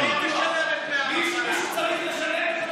מי משלם את דמי המחלה?